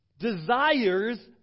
desires